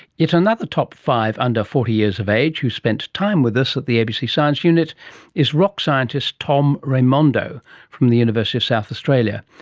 yet another top five under forty years of age who spent time with us at the abc science unit is rock scientist tom raimondo from the university of south australia.